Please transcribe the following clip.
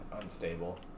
unstable